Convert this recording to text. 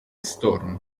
storm